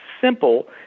simple